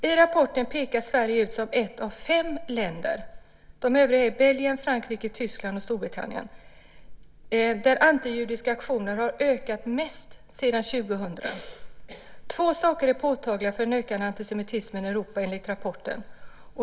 I rapporten pekas Sverige ut som ett av fem länder - de övriga är Belgien, Frankrike, Tyskland och Storbritannien - där antijudiska aktioner har ökat mest sedan 2000. Två saker är påtagliga för den ökande antisemitismen i Europa enligt rapporten.